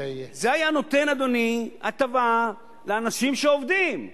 זה היה נותן, אדוני, הטבה לאנשים שעובדים.